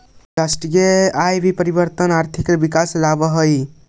राष्ट्रीय आय में परिवर्तन भी आर्थिक विकास कहलावऽ हइ